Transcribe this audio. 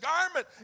garment